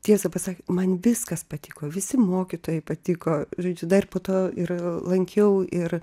tiesą pasakiu man viskas patiko visi mokytojai patiko žodžiu dar po to ir lankiau ir